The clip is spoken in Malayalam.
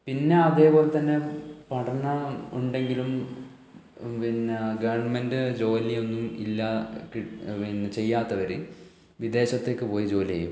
പിന്നെ അതേ പോലെ തന്നെ പഠനം ഉണ്ടെങ്കിലും പിന്നെ ഗവണ്മെൻറ്റ് ജോലിയൊന്നും ഇല്ല ചെയ്യാത്തവർ വിദേശത്തേക്ക് പോയി ജോലി ചെയ്യും